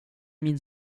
min